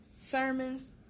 sermons